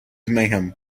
mayhem